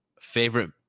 Favorite